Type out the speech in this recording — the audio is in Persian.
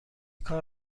کار